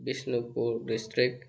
Bishnupur district